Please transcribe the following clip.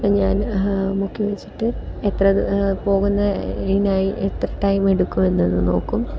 ഞാൻ മുക്കിവച്ചിട്ട് എത്ര പോകുന്നത് ഇതിനായി എത്ര ടൈം എടുക്കും എന്നൊന്ന് നോക്കും